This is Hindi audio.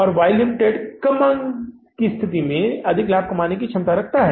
और वाई लिमिटेड कम मांग की स्थिति में अधिक लाभ कमाने की क्षमता रखता है